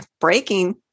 breaking